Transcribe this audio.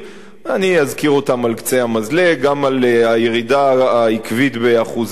אני אזכיר אותם על קצה המזלג: גם הירידה העקבית באחוזי האבטלה